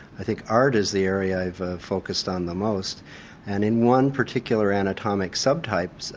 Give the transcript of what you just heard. i think art is the area i've ah focussed on the most and in one particular anatomic sub-type, so